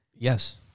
Yes